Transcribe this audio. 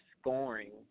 scoring